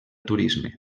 turisme